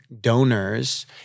donors